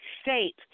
state